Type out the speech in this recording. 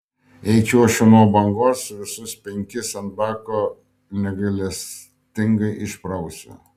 jei čiuošiu nuo bangos visus penkis ant bako negailestingai išprausiu